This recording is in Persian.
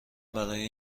برای